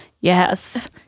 Yes